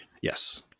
Yes